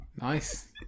Nice